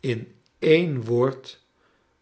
in een woord